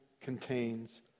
contains